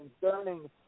Concerning